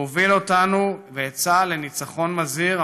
והוא הוביל אותנו ואת צה"ל לניצחון מזהיר,